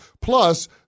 Plus